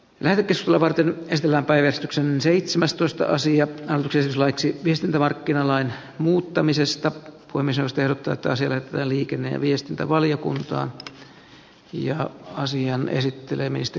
lähetystöä varten esillä päivystyksen seitsemästoista sija tiloiksi viestintämarkkinalain muuttamisesta puomisysteemi tuottaisivat liikenne ja viestintävaliokunta ja asian esittelemistä